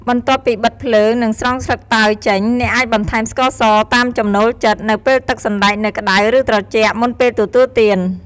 បន្ទាប់ពីបិទភ្លើង និងស្រង់ស្លឹកតើយចេញ អ្នកអាចបន្ថែមស្ករសតាមចំណូលចិត្តនៅពេលទឹកសណ្តែកនៅក្ដៅ ឬត្រជាក់ មុនពេលទទួលទាន។